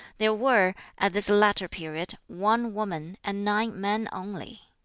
there were, at this latter period, one woman, and nine men only.